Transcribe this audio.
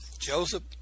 Joseph